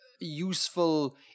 useful